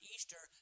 Easter